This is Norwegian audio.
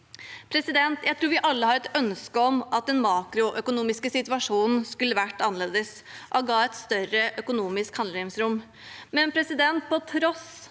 næringer. Jeg tror vi alle har et ønske om at den makroøkonomiske situasjonen skulle vært annerledes og ga et større økonomisk handlingsrom. På tross